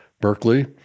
Berkeley